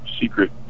secret